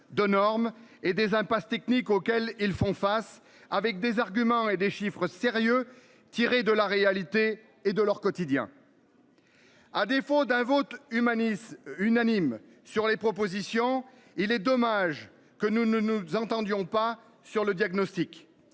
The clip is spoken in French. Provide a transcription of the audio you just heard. de normes et des impasses techniques auxquelles ils font face avec des arguments et des chiffres sérieux tiré de la réalité et de leur quotidien. À défaut d'un vote humaniste unanime sur les propositions. Il est dommage que nous ne nous entendions pas sur le diagnostic